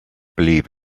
believe